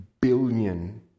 billion